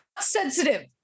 sensitive